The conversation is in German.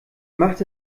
macht